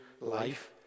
life